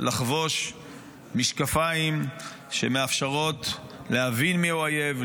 לחבוש משקפיים שמאפשרות להבין מיהו האויב,